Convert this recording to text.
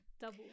Double